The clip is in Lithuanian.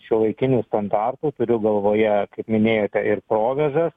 šiuolaikinių standartų turiu galvoje kaip minėjote ir provėžas